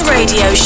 Radio